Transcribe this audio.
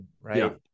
right